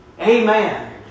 Amen